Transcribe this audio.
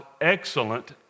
excellent